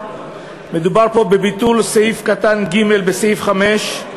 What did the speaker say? מדובר פה בביטול סעיף קטן (ג) בסעיף 5,